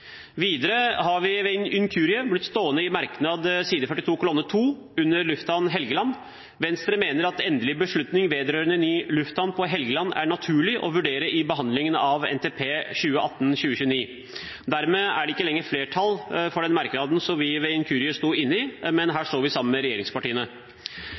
inkurie blitt stående i merknad, side 42 kolonne 2, under lufthavn på Helgeland. Venstre mener at endelig beslutning vedrørende ny lufthavn på Helgeland er det naturlig å vurdere i behandlingen av NTP 2018–2029. Dermed er det ikke lenger flertall for den merknaden som vi ved en inkurie sto inne i, men